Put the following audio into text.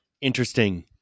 Interesting